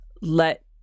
let